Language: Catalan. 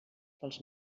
pels